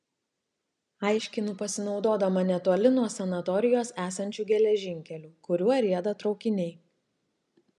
aiškinu pasinaudodama netoli nuo sanatorijos esančiu geležinkeliu kuriuo rieda traukiniai